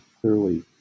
clearly